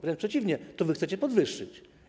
Wręcz przeciwnie, to wy chcecie je podwyższyć.